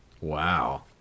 Wow